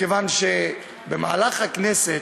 בכנסת